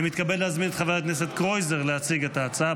אני מתכבד להזמין את חבר הכנסת קרויזר להציג את ההצעה.